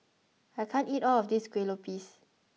I can't eat all of this kuih lopes